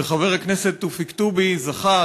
וחבר הכנסת תופיק טובי זכה,